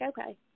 okay